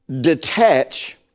detach